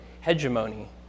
hegemony